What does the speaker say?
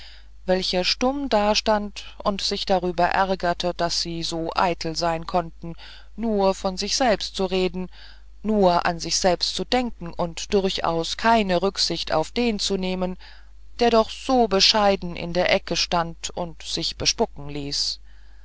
welcher stumm dastand und sich darüber ärgerte daß sie so eitel sein konnten nur von sich selbst zu reden nur an sich selbst zu denken und durchaus keine rücksicht auf den zu nehmen der doch so bescheiden in der ecke stand und sich bespucken ließ